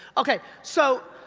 okay, so,